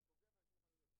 התכוונתי גם שאני סטודנטית.